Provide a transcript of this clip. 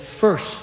first